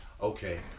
Okay